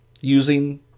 using